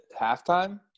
halftime